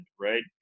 right